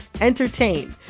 entertain